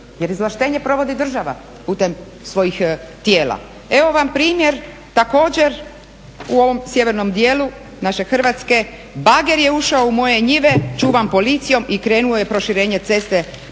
jer izvlaštenje provodi država putem svojih tijela. Evo vam primjer također u ovom sjevernom dijelu naše Hrvatske, bager je ušao u moje njive, čuvan policijom i krenuo je u proširenje ceste prema